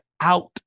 out